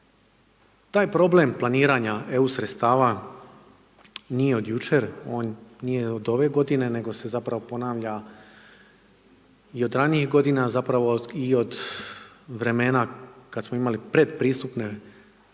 Taj problem planiranja EU sredstava, nije od jučer, on nije od ove g. nego se zapravo ponavlja i od ranijih godina, zapravo i od vremena kada smo imali pretpristupne fondove,